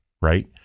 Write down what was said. right